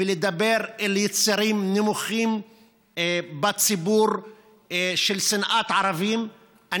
ולדבר אל יצרים נמוכים של שנאת ערבים בציבור.